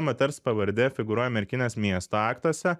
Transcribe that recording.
moters pavardė figūruoja merkinės miesto aktuose